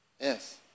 Yes